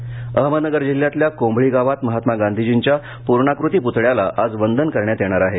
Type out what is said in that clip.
गांधीजी अहमदनगर जिल्ह्यातल्या कोंभळी गावात महात्मा गांधीजीच्या पूर्णाकृती पूतळ्याला आज वंदन करण्यात येणार आहे